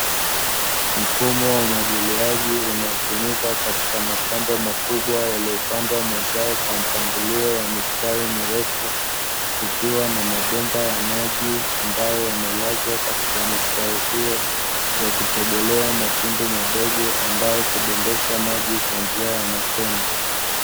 Mfumo wa umwagiliaji unaotumika katika mashamba makubwa yaliyopandwa mazao kwa mpangilio wa mistari mirefu, kukiwa na mabomba ya maji ambayo yamelazwa katika mistari hiyo, yakitobolewa matunda madogo, ambayo hudondosha maji kwa njia ya matone.